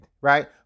right